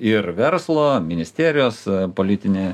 ir verslo ministerijos politinė